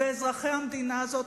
ואזרחי המדינה הזאת,